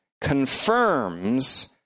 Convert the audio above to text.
confirms